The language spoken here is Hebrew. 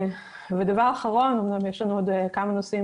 הדבר האחרון אומנם יש לנו עוד כמה נושאים